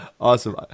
Awesome